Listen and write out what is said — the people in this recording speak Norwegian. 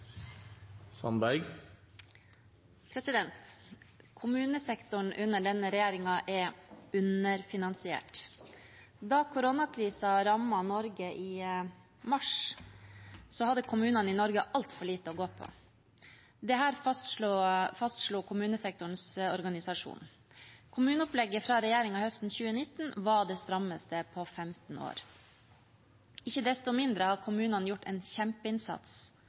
under denne regjeringen. Da koronakrisen rammet Norge i mars, hadde kommunene i Norge altfor lite å gå på. Dette fastslo kommunesektorens organisasjon. Kommuneopplegget fra regjeringen høsten 2019 var det strammeste på 15 år. Ikke desto mindre har kommunene gjort en kjempeinnsats